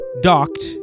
docked